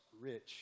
rich